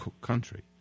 country